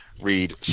read